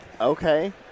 Okay